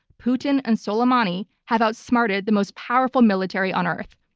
putin and soleimani, have outsmarted the most powerful military on earth.